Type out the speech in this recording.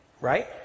Right